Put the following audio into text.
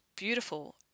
beautiful